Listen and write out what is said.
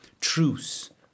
truce